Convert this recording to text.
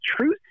Truth